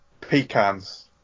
Pecans